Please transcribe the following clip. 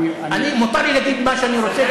אני, מותר לי להגיד מה שאני רוצה.